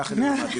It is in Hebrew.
ככה אני למדתי.